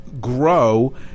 grow